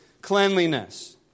cleanliness